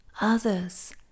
others